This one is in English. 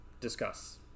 discuss